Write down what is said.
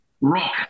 rock